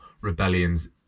rebellions